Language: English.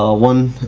ah one